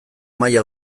maila